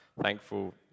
Thankful